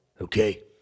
okay